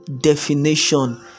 definition